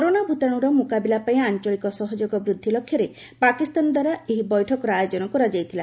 corona ଭୂତାଣୁର ମୁକାବିଲା ପାଇଁ ଆଞ୍ଚଳିକ ସହଯୋଗ ବୃଦ୍ଧି ଲକ୍ଷ୍ୟରେ ପାକିସ୍ତାନଦ୍ୱାରା ଏହି ବୈଠକର ଆୟୋଜନ କରାଯାଇଥିଲା